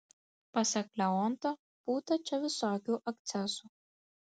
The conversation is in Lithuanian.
pasak leonto būta čia visokių akcesų